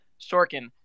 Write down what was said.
sorkin